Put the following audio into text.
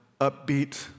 upbeat